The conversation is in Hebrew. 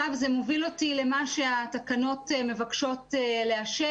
זה מוביל אותי למה שהתקנות מבקשות לאשר.